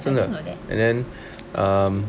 I didn't know that